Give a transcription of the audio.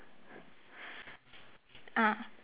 uh